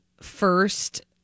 first